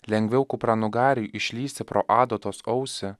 lengviau kupranugariui išlįsti pro adatos ausį